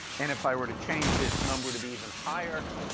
and if i were to change this number to be even higher,